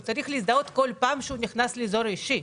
הוא צריך להזדהות כל פעם שהוא נכנס לאזור האישי.